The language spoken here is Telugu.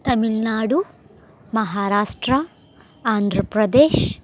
తమిళనాడు మహారాష్ట్ర ఆంధ్రప్రదేశ్